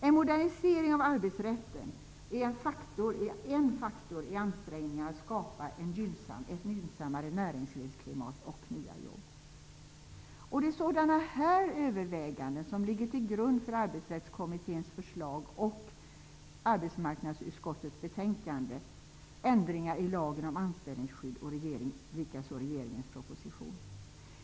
En modernisering av arbetsrätten är en faktor i ansträngningarna att skapa ett gynnsammare näringslivsklimat och nya jobb. Det är sådana här överväganden som ligger till grund för Arbetsrättskommitténs förslag och arbetsmarknadsutskottets betänkande om ändringar i lagen om anställningsskydd och likaså regeringens proposition.